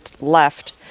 left